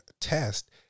test